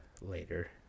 later